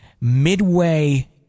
midway